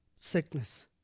sickness